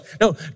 No